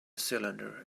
cylinder